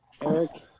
Eric